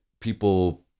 people